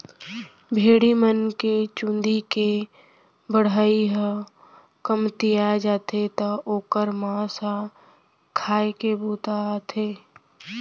भेड़ी मन के चूंदी के बढ़ई ह कमतिया जाथे त ओकर मांस ह खाए के बूता आथे